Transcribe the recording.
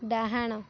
ଡାହାଣ